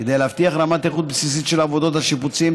כדי להבטיח רמת איכות בסיסית של עבודות השיפוצים,